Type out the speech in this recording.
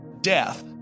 death